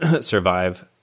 survive